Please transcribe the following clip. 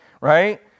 right